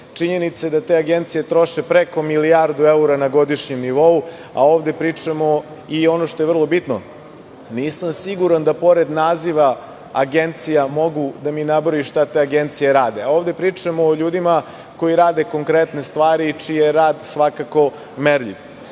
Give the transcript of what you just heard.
Činjenica je da sve te agencije troše preko milijardu evra na godišnjem nivou. Još nešto što je vrlo bitno. Nisam siguran da pored naziva agencija mogu da mi nabroje šta te agencije rade. A ovde pričamo o ljudima koji rade konkretne stvari, čiji je rad svakako merljiv. Dajući